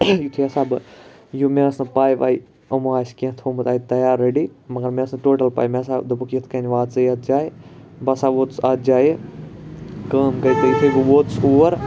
یُتھے ہَسا بہٕ یہِ مےٚ ٲسۍ نہٕ پاے واے یِمو آسہِ کینٛہہ تھومُت اَتہِ تَیار ریٚڈی مَگَر مےٚ ٲسۍ نہٕ ٹوٹَل پاے مےٚ ہَسا دۄپَکھ یِتھ کنۍ وات ژٕ یَتھ جایہِ بہٕ ہَسا ووتُس اَتھ جایہِ کٲم یُتھے بہٕ ووتُس اور